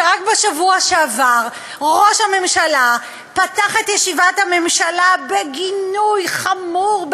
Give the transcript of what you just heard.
שרק בשבוע שעבר ראש הממשלה פתח את ישיבת הממשלה בגינוי חמור,